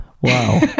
wow